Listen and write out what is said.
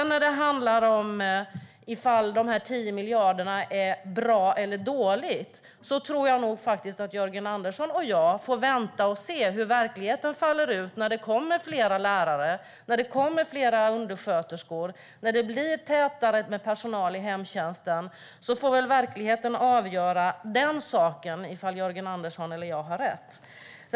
När det handlar om ifall det är bra eller dåligt med de här 10 miljarderna tror jag faktiskt att Jörgen Andersson och jag får vänta och se hur verkligheten faller ut när det kommer fler lärare, när det kommer fler undersköterskor och när det blir tätare med personal i hemtjänsten. Då får väl verkligheten avgöra ifall Jörgen Andersson eller jag har rätt.